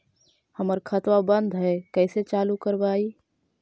हमर खतवा बंद है कैसे चालु करवाई?